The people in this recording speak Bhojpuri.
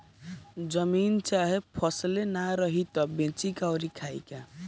जमीने चाहे फसले ना रही त बेची का अउर खाई का